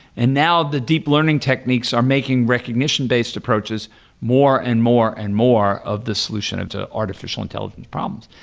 and now the deep learning techniques are making recognition-based approaches more and more and more of the solution into artificial intelligence problems.